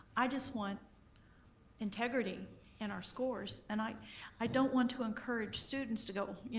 i just want integrity in our scores, and i i don't want to encourage students to go,